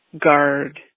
guard